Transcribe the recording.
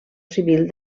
civil